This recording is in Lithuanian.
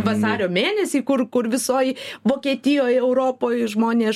vasario mėnesį kur kur visoj vokietijoj europoj žmonės